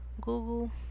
Google